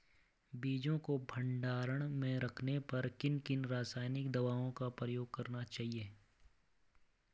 बीजों को भंडारण में रखने पर किन किन रासायनिक दावों का उपयोग करना चाहिए?